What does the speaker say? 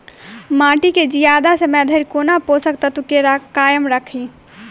माटि केँ जियादा समय धरि कोना पोसक तत्वक केँ कायम राखि?